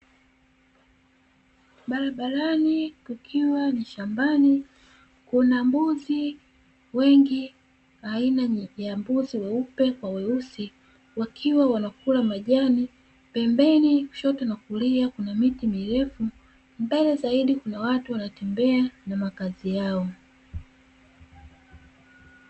Barabarani kukiwa ni shambani, kuna mbuzi wengi aina ya mbuzi weupe kwa weusi, wakiwa wanakula majani. Pembeni kushoto na kulia kuna miti mirefu, mbele zaidi kuna watu wanatembea na makazi yao.